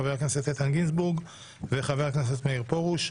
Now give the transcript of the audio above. חבר הכנסת איתן גינזבורג וחבר הכנסת מאיר פרוש.